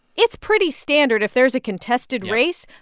it's pretty standard, if there is a contested race,